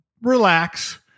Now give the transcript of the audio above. relax